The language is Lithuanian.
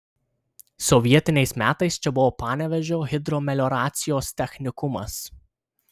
sovietiniais metais čia buvo panevėžio hidromelioracijos technikumas